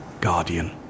guardian